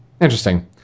Interesting